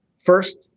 first